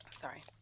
Sorry